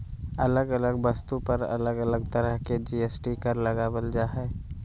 अलग अलग वस्तु पर अलग अलग तरह के जी.एस.टी कर लगावल जा हय